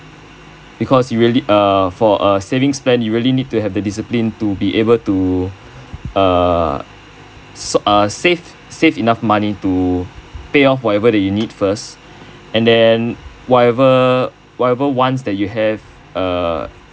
because it really err for a savings plan you really need to have the discipline to be able to err s~ uh save save enough money to pay off whatever that you need first and then whatever whatever wants that you have err